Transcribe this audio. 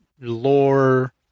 lore